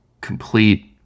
complete